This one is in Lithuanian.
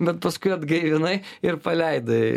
bet paskui atgaivinai ir paleidai